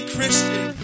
Christian